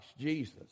Jesus